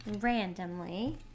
randomly